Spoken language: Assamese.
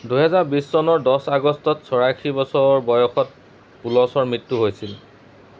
দুহেজাৰ বিছ চনৰ দছ আগষ্টত চৌৰাশী বছৰ বয়সত পুলছৰ মৃত্যু হৈছিল